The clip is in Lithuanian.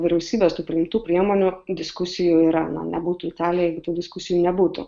vyriausybės tų priimtų priemonių diskusijų yra na nebūtų italija jeigu tų diskusijų nebūtų